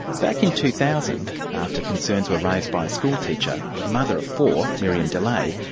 back in two thousand, after concerns were raised by a schoolteacher, a mother of four, myriam delay,